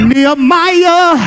Nehemiah